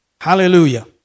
Hallelujah